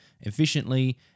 efficiently